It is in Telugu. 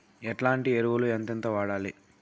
ఎట్లాంటి ఎరువులు ఎంతెంత వాడాలి?